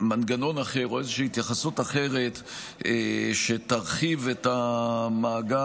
מנגנון אחר או איזושהי התייחסות אחרת שתרחיב את המעגל